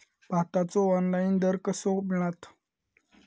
भाताचो ऑनलाइन दर कसो मिळात?